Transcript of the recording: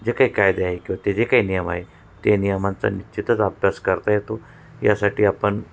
जे काही कायदे आहे किंवा ते जे काही नियम आहे ते नियमांचा निश्चितच अभ्यास करता येतो यासाठी आपण